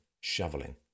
shoveling